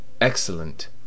Excellent